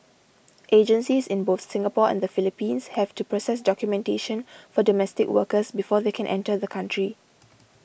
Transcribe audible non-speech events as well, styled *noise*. *noise* agencies in both Singapore and the Philippines have to process documentation for domestic workers before they can enter the country